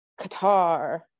Qatar